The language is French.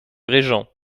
régent